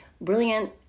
brilliant